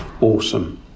awesome